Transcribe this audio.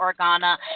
Organa